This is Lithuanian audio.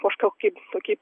kažkokį tokį